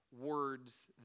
words